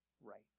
right